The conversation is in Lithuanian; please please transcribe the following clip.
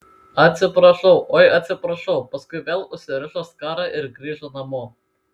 atsiprašau oi atsiprašau paskui vėl užsirišo skarą ir grįžo namo